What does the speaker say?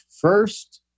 first